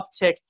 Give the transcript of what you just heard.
uptick